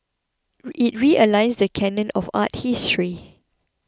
it realigns the canon of art history